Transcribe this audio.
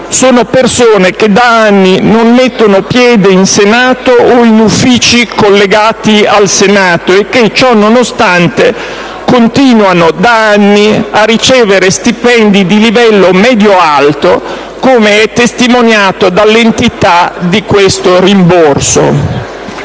sono persone che da anni non mettono piede in Senato o in uffici collegati al Senato e ciò nonostante continuano a ricevere dai Gruppi stipendi di livello medio-alto, come è testimoniato dall'entità di questo rimborso.